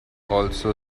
also